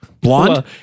Blonde